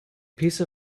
piece